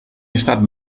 estat